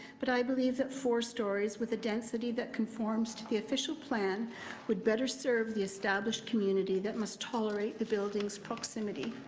but i believe that four stories with a density that conforms to the official plan would better serve the established community that must tolerate the so proximity.